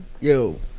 Yo